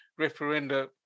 referenda